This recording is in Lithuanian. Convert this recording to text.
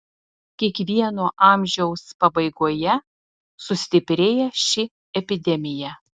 kiekvieno amžiaus pabaigoje sustiprėja ši epidemija